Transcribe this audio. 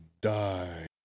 Die